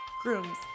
Grooms